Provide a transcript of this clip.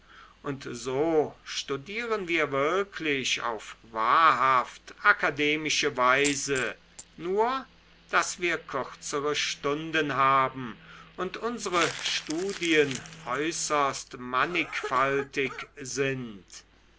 und so studieren wir wirklich auf wahrhaft akademische weise nur daß wir kürzere stunden haben und unsere studien äußerst mannigfaltig sind